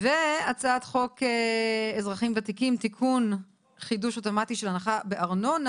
והצעת חוק אזרחים ותיקים (תיקון - חידוש אוטומטי של הנחה בארנונה),